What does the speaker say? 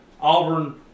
Auburn